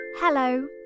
Hello